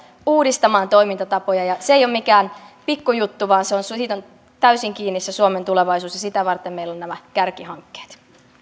uudistamaan toimintatapoja ja se ei ole mikään pikkujuttu vaan siitä on täysin kiinni suomen tulevaisuus ja sitä varten meillä on nämä kärkihankkeet